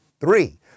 Three